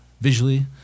Visually